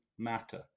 matter